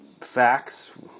Facts